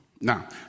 Now